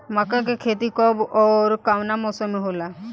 मका के खेती कब ओर कवना मौसम में होला?